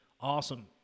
awesome